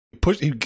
push